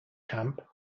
camp